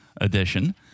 edition